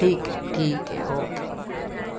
ठीक आहे ठीक आहे ओके